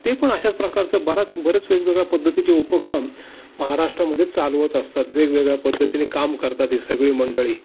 ते पण अशाच प्रकारचं बराच बरेच वेगवेगळ्या पद्धतीचे उपक्रम महाराष्ट्रामध्ये चालवत असतात वेगवेगळ्या पद्धतीने काम करतात ही सगळी मंडळी